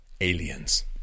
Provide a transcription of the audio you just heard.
aliens